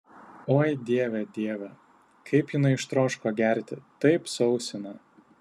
oi dieve dieve kaip jinai ištroško gerti taip sausina